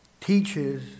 teaches